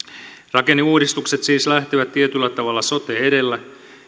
rakenneuudistukset siis lähtevät tietyllä tavalla sote edellä